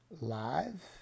live